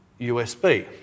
USB